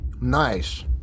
Nice